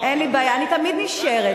אין לי בעיה, אני תמיד נשארת.